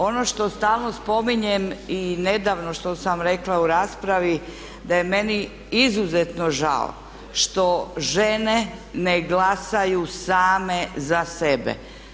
Ono što stalno spominjem i nedavno što sam rekla u raspravi, da je meni izuzetno žao što žene ne glasaju same za sebe.